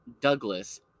Douglas